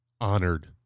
honored